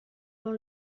dans